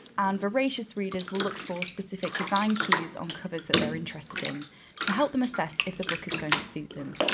voracious readers will look for specific design cues on covers that they're interested in to help them assess if the book is going to suit them.